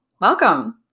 Welcome